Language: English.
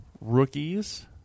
rookies